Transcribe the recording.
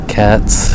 cats